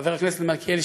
חבר הכנסת מלכיאלי,